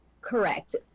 correct